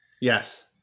Yes